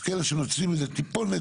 יש כאלה שמנצלים את זה טיפות,